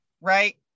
Right